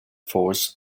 force